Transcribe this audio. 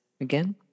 again